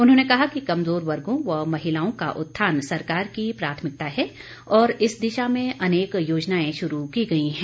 उन्होंने कहा कि कमजोर वर्गो व महिलाओं का उत्थान सरकार की प्राथमिकता है और इस दिशा में अनेक योजनाएं शुरू की गई हैं